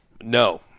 No